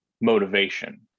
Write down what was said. motivation